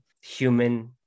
human